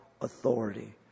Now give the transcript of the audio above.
authority